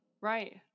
Right